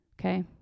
Okay